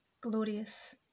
glorious